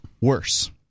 worse